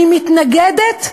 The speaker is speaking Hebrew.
אני מתנגדת.